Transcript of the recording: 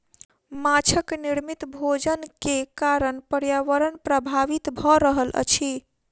माँछक निर्मित भोजन के कारण पर्यावरण प्रभावित भ रहल अछि